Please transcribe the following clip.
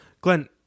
Glenn